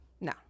No